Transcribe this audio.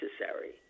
necessary